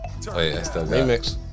Remix